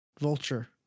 vulture